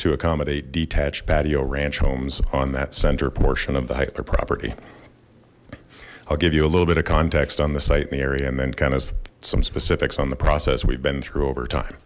to accommodate detached patio ranch homes on that center portion of the highclere property i'll give you a little bit of context on the site in the area and then kind of some specifics on the process we've been through over time